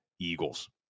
Eagles